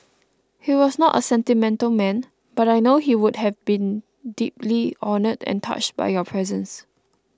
he was not a sentimental man but I know he would have been deeply honoured and touched by your presence